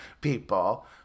people